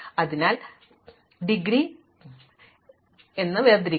അതിനാൽ degree degree degree എന്നിവയിലേക്ക് ഞങ്ങൾ വേർതിരിക്കുന്നു